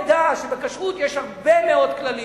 בכשרות יש הרבה מאוד כללים.